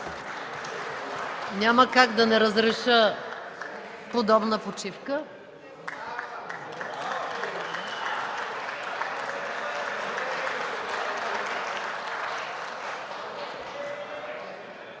Няма как да не разреша подобна почивка.